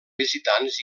visitants